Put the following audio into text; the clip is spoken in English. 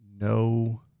no